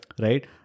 Right